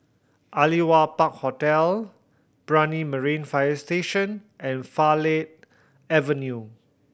Aliwal Park Hotel Brani Marine Fire Station and Farleigh Avenue